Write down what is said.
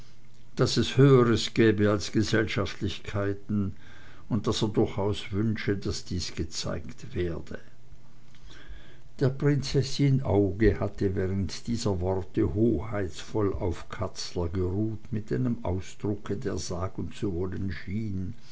daß es höheres gäbe als gesellschaftlichkeiten und daß er durchaus wünsche daß dies gezeigt werde der prinzessin auge hatte während dieser worte hoheitsvoll auf katzler geruht mit einem ausdruck der sagen zu wollen schien